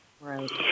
Right